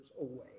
away